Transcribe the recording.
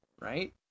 right